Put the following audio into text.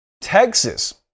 Texas